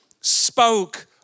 spoke